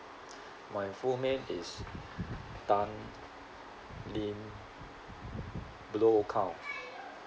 my full name tan lin blow cow